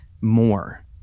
more